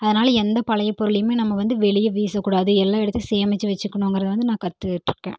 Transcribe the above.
அதனால் எந்த பழைய பொருளையுமே நம்ம வந்து வெளிய வீசக் கூடாது எல்லாம் எடுத்து சேமித்து வச்சுக்கணுங்கிறது வந்து நான் கற்றுக்கிட்ருக்கேன்